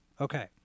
Okay